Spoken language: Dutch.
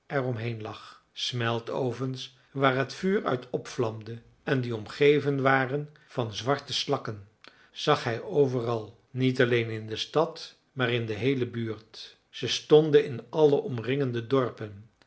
omheen lag smeltovens waar het vuur uit opvlamde en die omgeven waren van zwarte slakken zag hij overal niet alleen in de stad maar in de heele buurt ze stonden in alle omringende dorpen